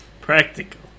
Practical